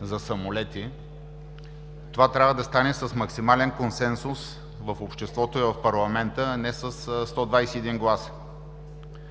за самолети, това трябва да стане с максимален консенсус в обществото и в парламента, а не със 121 гласа.